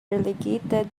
relegated